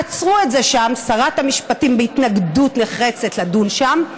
עצרו את זה שם שרת המשפטים בהתנגדות נחרצת לדון שם,